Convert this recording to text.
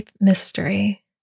mystery